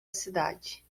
cidade